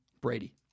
Brady